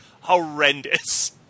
horrendous